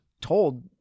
told